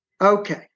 Okay